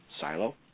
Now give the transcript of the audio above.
silo